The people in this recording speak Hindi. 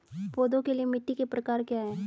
पौधों के लिए मिट्टी के प्रकार क्या हैं?